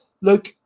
Look